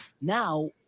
now